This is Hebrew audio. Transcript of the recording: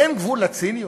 אין גבול לציניות?